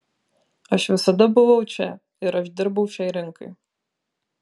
aš visada buvau čia ir aš dirbau šiai rinkai